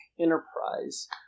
enterprise